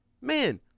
man